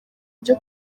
byo